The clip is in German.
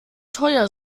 teuer